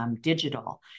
digital